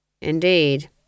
Indeed